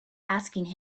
asking